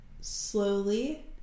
slowly